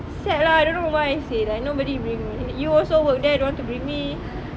sad lah I don't know why seh like nobody bring me you also work there don't want to bring me